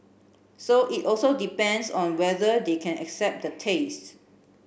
so it also depends on whether they can accept the taste